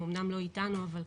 הם אמנם לא איתנו אבל,